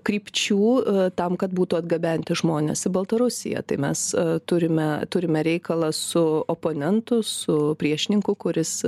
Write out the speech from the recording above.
krypčių tam kad būtų atgabenti žmonės į baltarusiją tai mes turime turime reikalą su oponentu su priešininku kuris